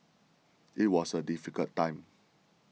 it was a difficult time